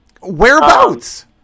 Whereabouts